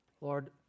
Lord